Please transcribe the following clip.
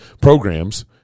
programs